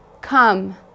Come